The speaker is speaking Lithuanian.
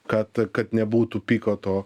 kad kad nebūtų piko to